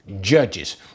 judges